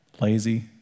Lazy